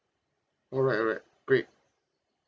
alright alright great